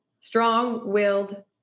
strong-willed